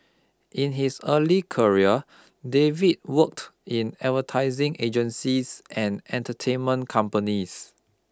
in his early career David worked in advertising agencies and entertainment companies